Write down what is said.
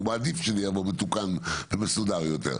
הוא מעדיף שזה יבוא מתוקן ומסודר יותר.